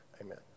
Amen